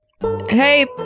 Hey